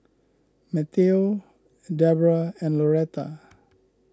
Mateo Deborah and Loretta